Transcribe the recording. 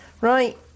Right